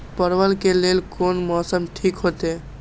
परवल के लेल कोन मौसम ठीक होते?